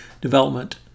development